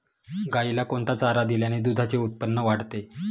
गाईला कोणता चारा दिल्याने दुधाचे उत्पन्न वाढते?